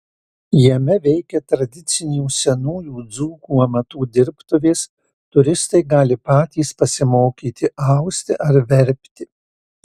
jame veikia tradicinių senųjų dzūkų amatų dirbtuvės turistai gali patys pasimokyti austi ar verpti